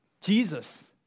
Jesus